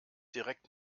direkt